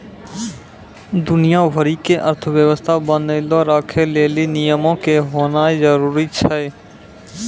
दुनिया भरि के अर्थव्यवस्था बनैलो राखै लेली नियमो के होनाए जरुरी छै